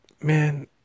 man